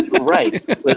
Right